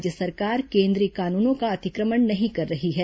राज्य सरकार केंद्रीय कानूनों का अति क्र मण नहीं कर रही है